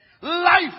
Life